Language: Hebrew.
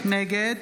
נגד